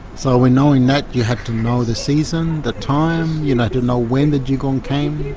so when knowing that you had to know the season, the time, you had to know when the dugong came,